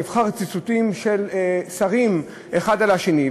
מבחר ציטוטים של דברי שרים האחד על השני.